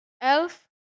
Elf